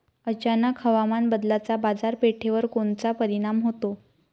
अचानक हवामान बदलाचा बाजारपेठेवर कोनचा परिणाम होतो?